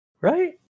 Right